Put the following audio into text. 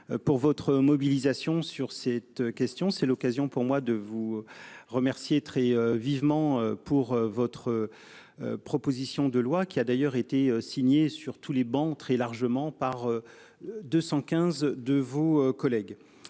Pour votre mobilisation sur cette question, c'est l'occasion pour moi de vous remercier très vivement pour votre. Proposition de loi qui a d'ailleurs été signée sur tous les bancs très largement par. 215 de vos collègues.